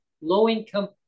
low-income